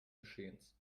geschehens